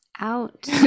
out